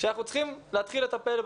שבה אנחנו צריכים להתחיל לטפל.